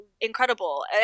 incredible